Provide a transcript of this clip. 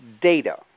data